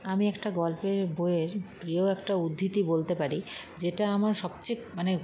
আমি একটা গল্পের বইয়ের প্রিয় একটা উদ্ধৃতি বলতে পারি যেটা আমার সবচেয়ে মানে